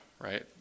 right